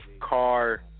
car